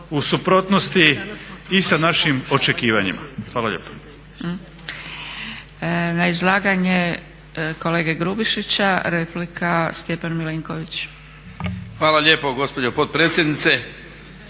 u suprotnosti i sa našim očekivanjima. Hvala lijepa.